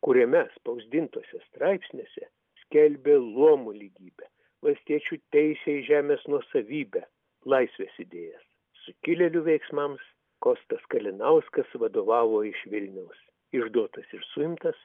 kuriame spausdintuose straipsniuose skelbė luomų lygybę valstiečių teisę į žemės nuosavybę laisvės idėjas sukilėlių veiksmams kostas kalinauskas vadovavo iš vilniaus išduotas ir suimtas